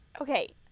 Okay